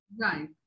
Right